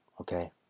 okay